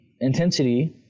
intensity